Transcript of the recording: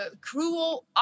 cruel